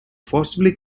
forcibly